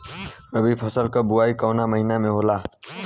रबी फसल क बुवाई कवना महीना में होला?